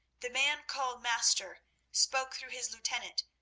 the man called master spoke through his lieutenant,